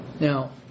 Now